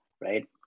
right